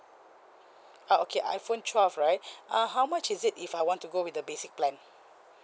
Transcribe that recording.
uh okay iphone twelve right uh how much is it if I want to go with the basic plan